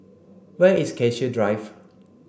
where is Cassia Drive